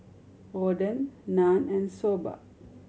Oden Naan and Soba